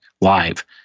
live